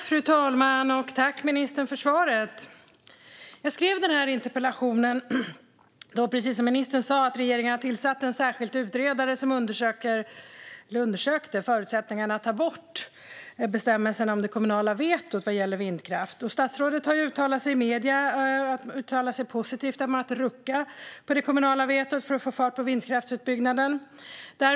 Fru talman! Jag tackar ministern för svaret. Precis som ministern sa tillsatte regeringen en särskild utredare som undersökte förutsättningarna för att ta bort bestämmelsen om det kommunala vetot vad gäller vindkraft. Statsrådet har uttalat sig positivt i medierna om att rucka på det kommunala vetot för att få fart på vindkraftsutbyggnaden.